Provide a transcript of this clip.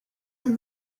and